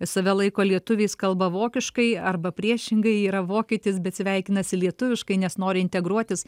save laiko lietuviais kalba vokiškai arba priešingai yra vokietis bet sveikinasi lietuviškai nes nori integruotis